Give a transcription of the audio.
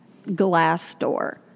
Glassdoor